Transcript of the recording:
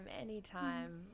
anytime